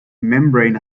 membrane